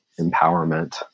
empowerment